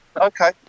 Okay